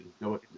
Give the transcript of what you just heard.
No